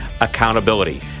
accountability